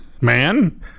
Man